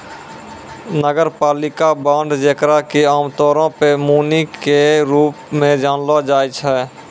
नगरपालिका बांड जेकरा कि आमतौरो पे मुनि के रूप मे जानलो जाय छै